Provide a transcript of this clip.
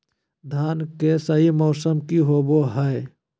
धान के सही मौसम की होवय हैय?